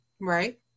Right